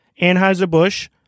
Anheuser-Busch